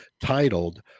titled